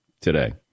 today